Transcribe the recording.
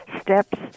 steps